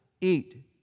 eat